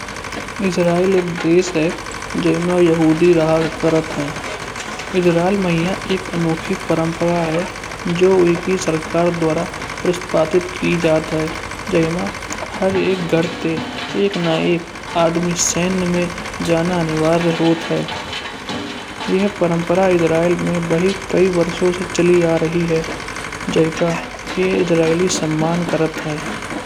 इजराइल एक देश है जै मा यहूदी रहा करात है। इजराइल मैया एक अनोखी परंपरा है। जो एक ही उनके सरकार द्वारा स्थापित के जात है। जैमा हर एक घर ते एक ना एक आदमी सैन्य में जाना अनिवार्य होता है। या परंपरायें इजराइल में कई वर्षों से चली आ रही है। जय का ये इजराइल सम्मान करात है।